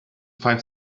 five